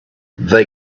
they